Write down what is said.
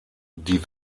die